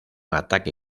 ataque